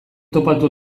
topatu